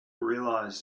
realise